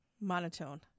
monotone